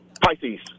Pisces